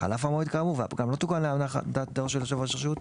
חלף המועד כאמור והפגם לא תוקן להנחת דעתו של יושב ראש הרשות,